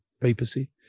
papacy